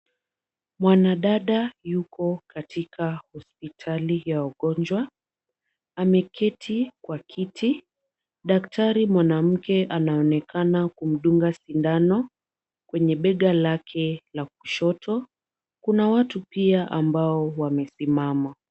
Mwanadada yuko katika hospitali ya wagonjwa. Ameketi kwa kiti. Daktari mwanamke anaonekana kumdunga sindano kwenye bega lake la kushoto. Kuna watu pia ambao wamesimama.